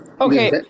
Okay